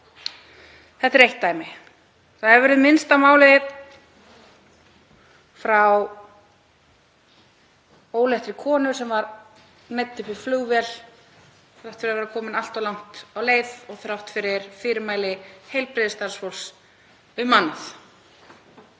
Þetta er eitt dæmi. Það hefur verið minnst á mál óléttrar konu sem var neydd upp í flugvél þrátt fyrir að vera komin allt of langt á leið og þrátt fyrir fyrirmæli heilbrigðisstarfsfólks um annað.